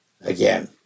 again